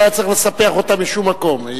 לא היה צריך לספח אותם משום מקום.